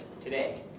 today